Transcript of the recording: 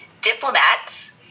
diplomats